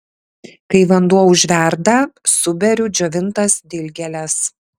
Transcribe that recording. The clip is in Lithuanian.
kai vanduo užverda suberiu džiovintas dilgėles